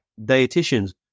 dietitians